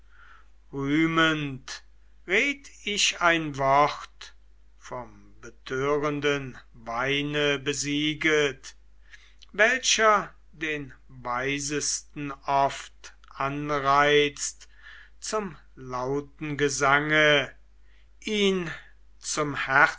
rühmend red ich ein wort vom betörenden weine besieget welcher den weisesten oft anreizt zum lauten gesange ihn zum